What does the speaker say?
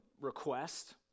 request